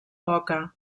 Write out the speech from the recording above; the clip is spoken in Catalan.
poca